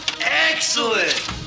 Excellent